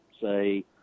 say